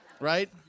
Right